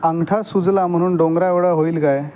अंगठा सुजला म्हणून डोंगराएवढा होईल काय